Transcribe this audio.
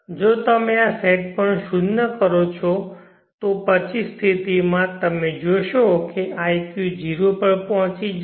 જો તમે આ સેટ પોઇન્ટ શૂન્ય કરો છો તો પછી સ્થિતિ માં તમે જોશો કે iq 0 પર પહોંચી જશે